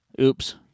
Oops